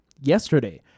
Yesterday